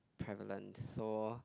prevalent so